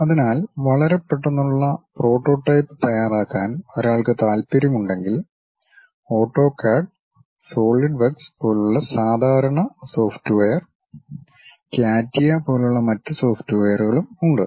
അതിനാൽ വളരെ പെട്ടെന്നുള്ള പ്രോട്ടോടൈപ്പ് തയ്യാറാക്കാൻ ഒരാൾക്ക് താൽപ്പര്യമുണ്ടെങ്കിൽ ഓട്ടോകാഡ് സോളിഡ് വർക്ക്സ് പോലുള്ള സാധാരണ സോഫ്റ്റ്വെയർ ക്യാറ്റിയ പോലുള്ള മറ്റ് സോഫ്റ്റ്വെയറുകളും ഉണ്ട്